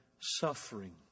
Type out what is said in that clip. suffering